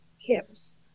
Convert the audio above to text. hips